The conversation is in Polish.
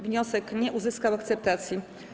Wniosek nie uzyskał akceptacji.